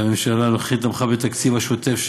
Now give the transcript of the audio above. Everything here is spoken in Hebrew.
והממשלה הנוכחית תמכה בתקציב השוטף של